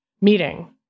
meeting